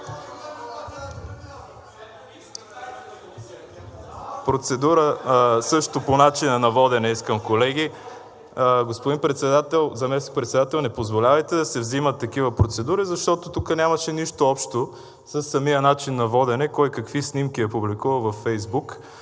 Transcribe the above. Процедура също по начина на водене искам, колеги. Господин Председател, Заместник-председател, не позволявайте да се взимат такива процедури, защото тук нямаше нищо общо със самия начин на водене кой какви снимки е публикувал във Фейсбук.